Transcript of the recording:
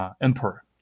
Emperor